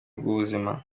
rw’ubuzima